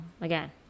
again